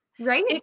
Right